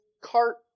cart